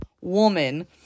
woman